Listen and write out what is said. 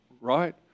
right